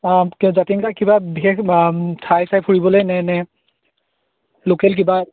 অঁ জাতিংগা কিবা বিশেষ ঠাই চাই ফুৰিবলৈনে নে লোকেল কিবা